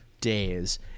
days